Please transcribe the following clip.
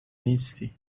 نیستی